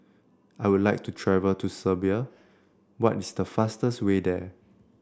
I would like to travel to Serbia what is the fastest way there